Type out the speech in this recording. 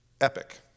Epic